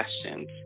questions